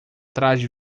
traje